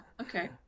okay